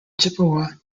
chippewa